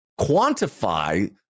quantify